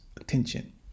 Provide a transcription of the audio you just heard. attention